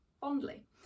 fondly